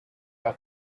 out